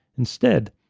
instead,